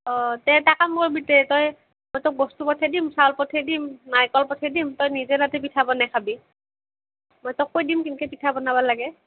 অঁ তে এটা কাম কৰবি তে তই মই তোক বস্তু পঠেই দিম চাউল পঠেই দিম নাৰিকল পঠেই দিম তই নিজে তাতে পিঠা বনাই খাবি মই তোক কৈ দিম কেনকৈ পিঠা বনাবা লাগে